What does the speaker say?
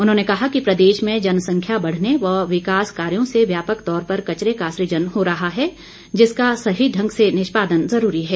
उन्होंने कहा कि प्रदेश में जनसंख्या बढ़ने व विकास कार्यो से व्यापक तौर पर कचरे का सृजन हो रहा है जिसका सही ढंग से निष्पादन जरूरी है